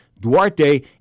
Duarte